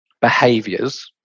behaviors